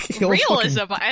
Realism